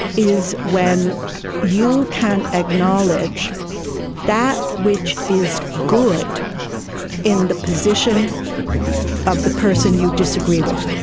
is when you can acknowledge that which is good in the position of the person you disagree with